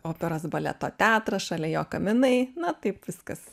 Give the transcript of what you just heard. operos baleto teatras šalia jo kaminai na taip viskas